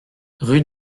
rue